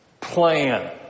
plan